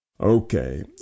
Okay